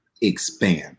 expand